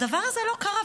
הדבר הזה לא קרה,